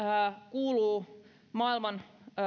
kuuluu maailman